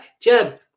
Jed